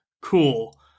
Cool